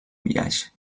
biaix